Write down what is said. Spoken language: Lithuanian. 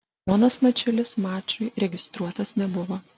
jonas mačiulis mačui registruotas nebuvo